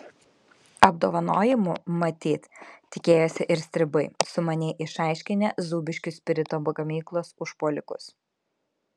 apdovanojimų matyt tikėjosi ir stribai sumaniai išaiškinę zūbiškių spirito gamyklos užpuolikus